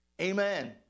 Amen